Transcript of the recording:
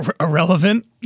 irrelevant